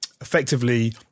Effectively